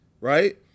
right